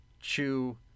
Chew